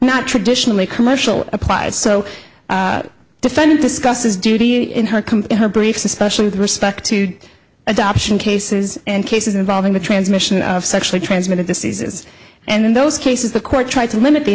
not traditionally commercial applied so defendant discusses duty in her company her briefs especially with respect to adoption cases and cases involving the transmission of sexually transmitted diseases and in those cases the court tried to limit the